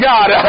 God